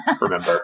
Remember